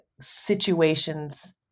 situations